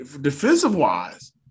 defensive-wise